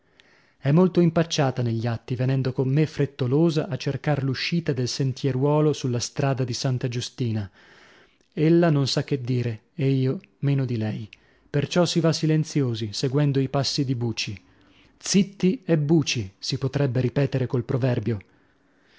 è molto impacciata negli atti venendo con me frettolosa a cercar l'uscita del sentieruolo sulla strada di santa giustina ella non sa che dire ed io meno di lei perciò si va silenziosi seguendo i passi di buci zitti e buci si potrebbe ripetere col proverbio